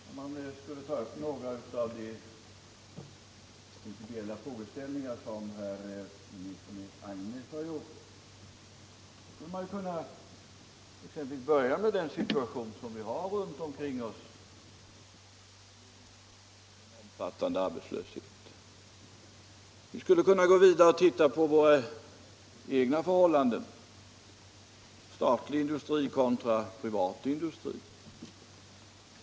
Herr talman! Man skulle kunna diskutera några av de principiella frågeställningar som herr Nilsson i Agnäs har tagit upp. Man skulle exempelvis kunna börja med situationen runt omkring oss med den omfattande arbetslösheten och gå vidare och titta på våra egna förhållanden, statlig industri kontra privat industri.